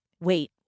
wait